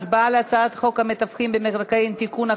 על הצעת חוק המתווכים במקרקעין (תיקון,